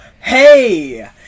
Hey